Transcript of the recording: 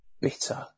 bitter